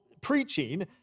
preaching